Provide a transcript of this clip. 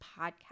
podcast